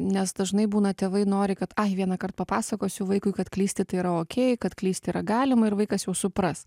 nes dažnai būna tėvai nori kad ai vienąkart papasakosiu vaikui kad klysti tai yra okei kad klysti yra galima ir vaikas jau supras